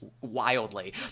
wildly